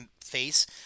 face